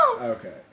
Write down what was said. Okay